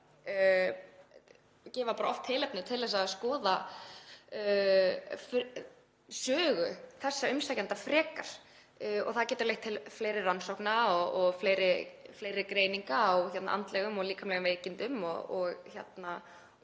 sjúkraskrám oft tilefni til þess að skoða sögu umsækjenda frekar. Það getur leitt til fleiri rannsókna og fleiri greininga á andlegum og líkamlegum veikindum. Oft